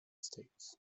states